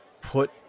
put